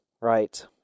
right